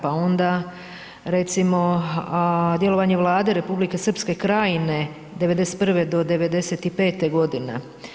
Pa onda recimo djelovanje vlade Republike Srpske Krajine '91. do '95. godine.